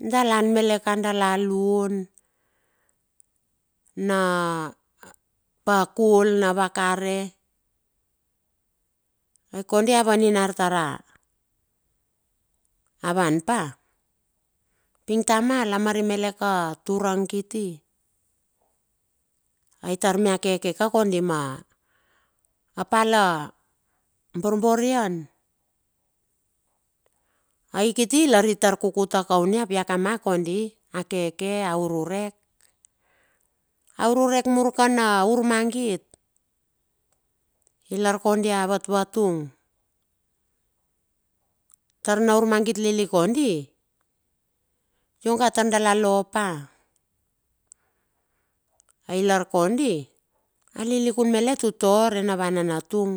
Dala an melet ka dala hun, na pakul. na vakare. Aikondi a vaninara tar a van pa, ping tamal a mari malet ka a turang kiti. Aitar mia kekeka kondi ma pal a borborian. Ai kiti lar itar kukuta kaun ia ap ia kama kondi a keke, aurarek. Aururek mur ka na ur mangit, ailar kondi a vatvatung. taur na urmagit lilik, kondi ionga taur dala lo pa. Ai lar kondi, a lilikun male utua re na va nanatung.